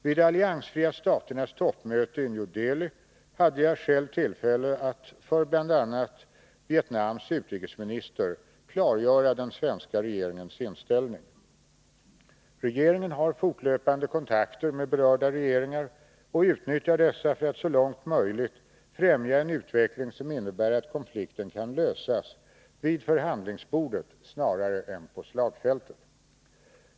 Vid de alliansfria staternas toppmöte i New Delhi hade jag själv tillfälle att för bl.a. Vietnams utrikesminister klargöra den svenska regeringens inställning. Regeringen har fortlöpande kontakter med berörda regeringar och utnyttjar dessa för att så långt möjligt främja en utveckling som innebär att konflikten kan lösas vid förhandlingsbordet snarare än på slagfältet.